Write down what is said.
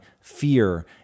fear